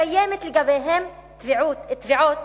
קיימות לגביהם תביעות